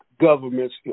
governments